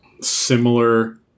similar